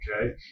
Okay